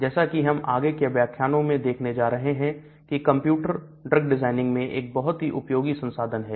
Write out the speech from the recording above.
जैसा कि हम आगे के व्याख्यान में देखने जा रहे हैं कि कंप्यूटर ड्रग डिजाइनिंग में एक बहुत ही उपयोगी संसाधन है